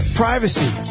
privacy